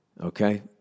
Okay